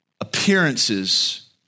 Appearances